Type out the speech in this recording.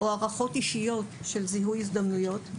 או מהערכות אישיות של זיהוי הזדמנויות,